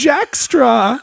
Jackstraw